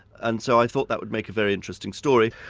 and so i thought that would make a very interesting story.